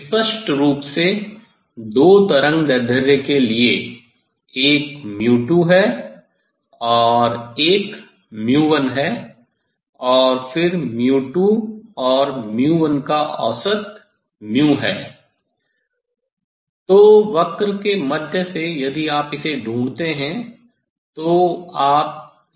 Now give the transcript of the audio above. स्पष्ट रूप से दो तरंगदैर्ध्य के लिए एक है और एक है और फिर और का औसत म्यू है तो वक्र के मध्य से यदि आप इसे ढूंढ़ते हैं तो आप यह पता लगा सकते हैं